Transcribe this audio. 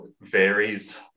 varies